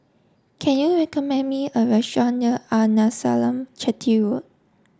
can you recommend me a restaurant near Arnasalam Chetty Road